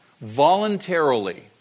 Voluntarily